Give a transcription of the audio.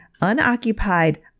unoccupied